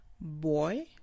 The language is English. Boy